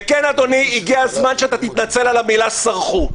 וכן, אדוני, הגיע הזמן שתתנצל על המילה "סרחו".